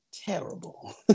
terrible